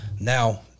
Now